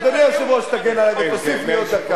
אדוני היושב-ראש, תגן עלי ותוסיף לי עוד דקה.